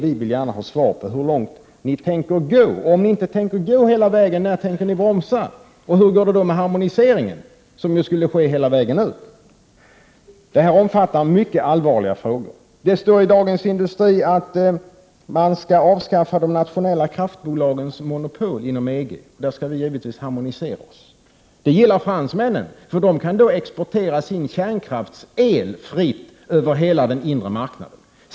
Vi vill därför ha svar på hur långt ni tänker gå. Om ni inte tänker gå hela vägen, när tänker ni då bromsa? Hur går det i så fall med harmoniseringen som skulle ske hela vägen ut? Detta innefattar mycket allvarliga frågor. I Dagens Industri står det att EG skall avskaffa de nationella kraftbolagens monopol inom EG. Vi skall givetvis harmonisera vår verksamhet även på den punkten. Detta gillar fransmännen, eftersom de då kan fritt exportera sin kärnkraftsel över hela den inre marknaden.